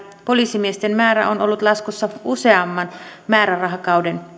poliisimiesten määrä on ollut laskussa useamman määrärahakauden